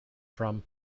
from